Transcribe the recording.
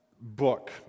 book